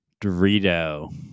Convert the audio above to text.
Dorito